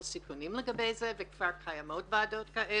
סיכונים לגבי זה וכבר קיימות ועדות כאלה.